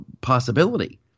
possibility